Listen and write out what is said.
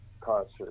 concert